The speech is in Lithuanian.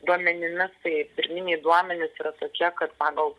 duomenimis tai pirminiai duomenys yra tokie kad pagal